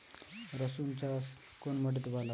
রুসুন চাষ কোন মাটিতে ভালো হয়?